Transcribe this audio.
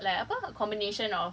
exactly ya